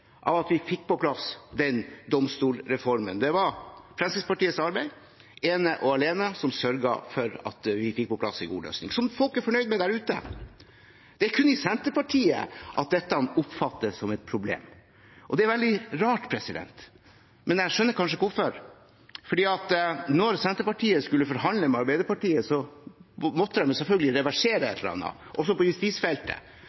av at vi fikk på plass den domstolsreformen. Det var Fremskrittspartiets arbeid ene og alene som sørget for at vi fikk på plass en god løsning, som folk er fornøyde med der ute. Det er kun i Senterpartiet at den oppfattes som et problem. Det er veldig rart, men jeg skjønner kanskje hvorfor: Da Senterpartiet skulle forhandle med Arbeiderpartiet, måtte de selvfølgelig reversere